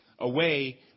away